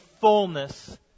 fullness